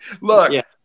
Look